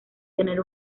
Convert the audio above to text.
tener